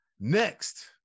next